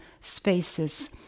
spaces